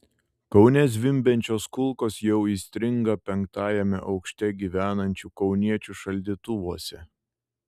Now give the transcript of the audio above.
kaune zvimbiančios kulkos jau įstringa penktajame aukšte gyvenančių kauniečių šaldytuvuose